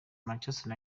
manchester